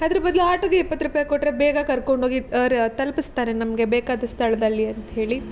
ಅದ್ರ ಬದಲು ಆಟೋಗೆ ಇಪ್ಪತ್ತು ರೂಪಾಯಿ ಕೊಟ್ಟರೆ ಬೇಗ ಕರ್ಕೊಂಡೋಗಿ ಅವ್ರು ತಲ್ಪಿಸ್ತಾರೆ ನಮಗೆ ಬೇಕಾದ ಸ್ಥಳದಲ್ಲಿ ಅಂತ ಹೇಳಿ